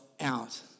out